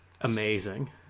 Amazing